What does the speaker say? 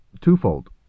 twofold